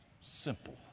simple